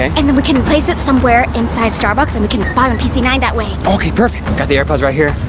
and and we can place it somewhere inside starbucks, and we can spy on p z nine that way. okay, perfect. got the airpods right here.